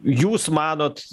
jūs manot